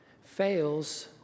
fails